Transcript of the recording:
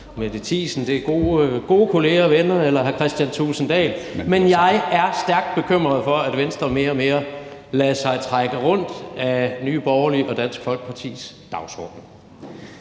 Mette Thiesen – det er gode kolleger og venner – eller hr. Kristian Thulesen Dahl, men jeg er stærkt bekymret for, at Venstre mere og mere lader sig trække rundt af Nye Borgerlige og Dansk Folkepartis dagsorden.